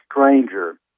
Stranger